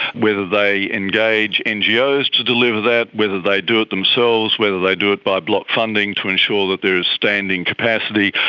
whether they engage ngos to deliver that, whether they do it themselves, whether they do it by block funding to ensure that there is standing capacity,